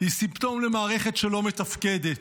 למערכת שלא מתפקדת,